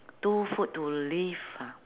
two food to live ah